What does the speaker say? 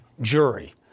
jury